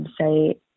website